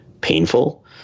painful